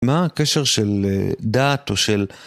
מה הקשר של דת או של...